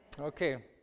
Okay